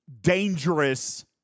dangerous